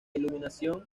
iluminación